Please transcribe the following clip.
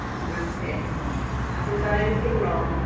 and that's it. i haven't done anything wrong,